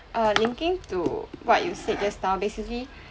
err linking to what you said just now basically